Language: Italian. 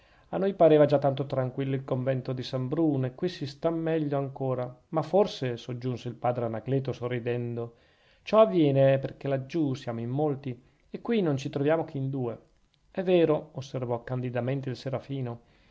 a noi pareva già tanto tranquillo il convento di san bruno e qui si sta meglio ancora ma forse soggiunse il padre anacleto sorridendo ciò avviene perchè laggiù siamo in molti e qui non ci troviamo che in due è vero osservò candidamente il serafino